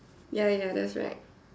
ya ya ya there was like